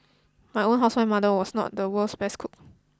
my own housewife mother was not the world's best cook